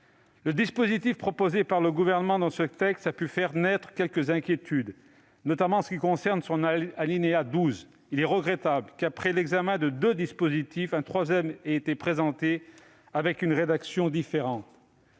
Le dispositif proposé par le Gouvernement au travers de ce texte a pu faire naître quelques inquiétudes, notamment à l'alinéa 12. Il est regrettable qu'après l'examen de deux dispositifs un troisième mécanisme ait été présenté, avec une rédaction différente.